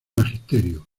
magisterio